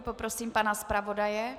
Poprosím pana zpravodaje.